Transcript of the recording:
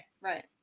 Right